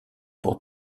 pour